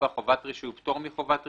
חובת רישוי ופטור מחובת רישוי,